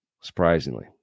Surprisingly